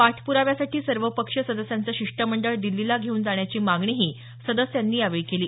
पाठप्राव्यासाठी सर्वपक्षीय सदस्यांचं शिष्टमंडळ दिल्लीला घेऊन जाण्याची मागणीही सदस्यांनी केली